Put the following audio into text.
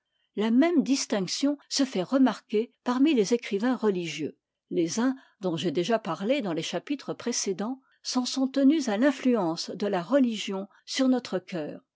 la même distinction se fait remarquer parmi les écrivains religieux les uns dont j'ai déjà parlé dans les chapitres précédents s'en sont tenus à l'influence de la religion sur notre coeur